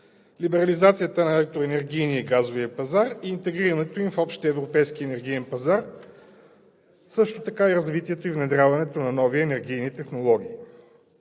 либерализацията на електроенергийния и газовия пазар и интегрирането им в общ европейски енергиен пазар, както и развитието и внедряването на нови енергийни технологии.